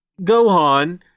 Gohan